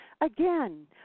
again